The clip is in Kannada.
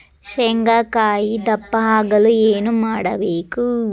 ಶೇಂಗಾಕಾಯಿ ದಪ್ಪ ಆಗಲು ಏನು ಮಾಡಬೇಕು?